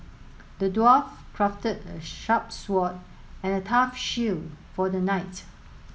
the dwarf crafted a sharp sword and a tough shield for the knight